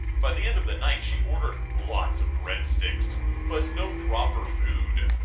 by the end of the night, she ordered lots of breadsticks but no proper food.